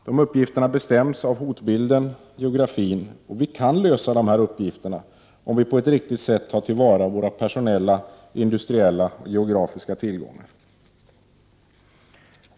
De uppgifterna bestäms av hotbilden och geografin, och vi kan lösa dessa uppgifter om vi på ett riktigt sätt tar till vara våra personella, industriella och geografiska tillgångar.